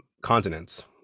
continents